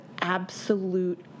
absolute